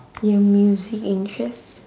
your music interests